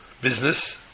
business